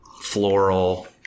floral